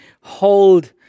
hold